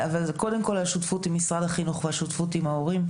אבל זה קודם כל השותפות עם משרד החינוך והשותפות עם ההורים.